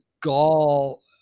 Gall